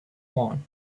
lawn